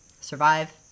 Survive